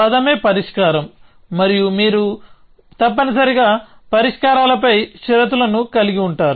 పథమే పరిష్కారం మరియు మీరు తప్పనిసరిగా పరిష్కారాలపై షరతులను కలిగి ఉంటారు